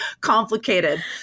complicated